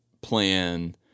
plan